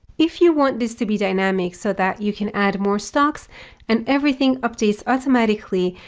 if you want this to be dynamic so that you can add more stocks and everything updates automatically,